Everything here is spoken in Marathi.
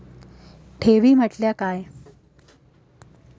ठेवी म्हटल्या काय?